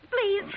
please